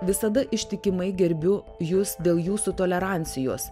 visada ištikimai gerbiu jus dėl jūsų tolerancijos